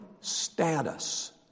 status